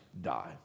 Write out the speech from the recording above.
die